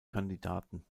kandidaten